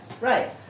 Right